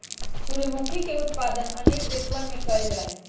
सूर्यमुखी के उत्पादन अनेक देशवन में कइल जाहई